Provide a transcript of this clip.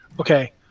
Okay